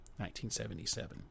1977